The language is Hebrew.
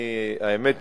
האמת,